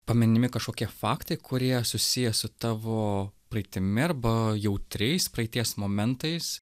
paminimi kažkokie faktai kurie susiję su tavo praeitimi arba jautriais praeities momentais